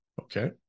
Okay